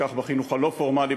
כך בחינוך הלא-פורמלי,